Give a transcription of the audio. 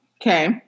Okay